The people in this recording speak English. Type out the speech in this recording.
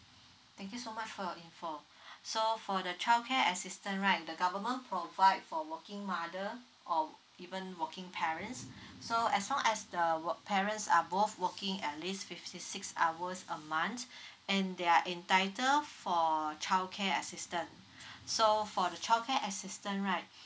thank you so much for your info so for the childcare assistance right the government provide for working mother or even working parents so as long as the work parents are both working at least fifty six hours a month and they are entitle for childcare assistance so for childcare assistance right